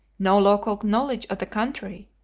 no local knowledge of the country,